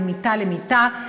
בין מיטה למיטה,